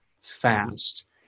fast